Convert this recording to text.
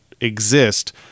exist